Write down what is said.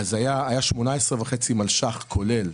היה 18.5 מיליון שקלים כולל.